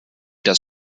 das